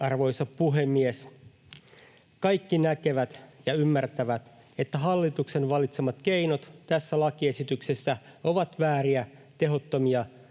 Arvoisa puhemies! Kaikki näkevät ja ymmärtävät, että hallituksen valitsemat keinot tässä lakiesityksessä ovat vääriä ja tehottomia